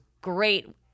great